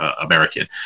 American